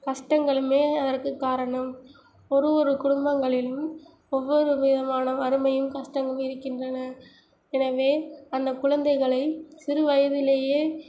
கஷ்டங்களுமே அதற்கு காரணம் ஒரு ஒரு குடும்பங்களிலும் ஒவ்வொரு விதமான வறுமையும் கஷ்டங்களும் இருக்கின்றன எனவே அந்த குழந்தைகளை சிறு வயதிலேயே